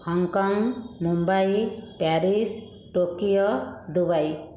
Hong Kong Mumbai Paris Tokyo Dubai